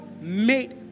made